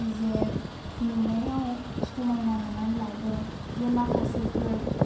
जे नुनायाव समायना नङाब्लाबो जे माखासेफोर